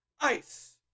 Ice